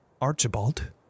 Archibald